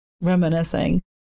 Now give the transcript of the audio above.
reminiscing